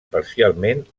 parcialment